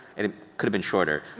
it could've been shorter,